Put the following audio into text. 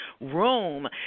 room